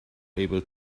able